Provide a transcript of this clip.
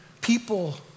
people